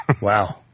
Wow